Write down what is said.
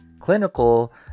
clinical